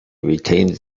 retains